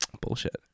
Bullshit